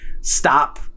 stop